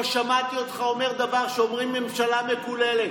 לא שמעתי אותך אומר דבר כשאומרים ממשלה מקוללת,